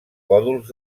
còdols